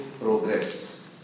progress